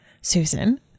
Susan